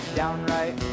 downright